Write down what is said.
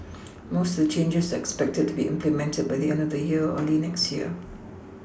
most of the changes are expected to be implemented by the end of the year or early next year